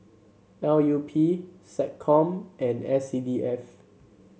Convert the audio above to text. L U P SecCom and S C D F